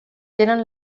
tenen